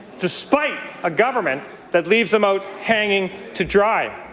despite a government that leaves them out hanging to dry.